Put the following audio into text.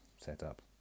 setup